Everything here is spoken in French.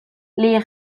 les